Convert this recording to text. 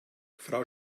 frau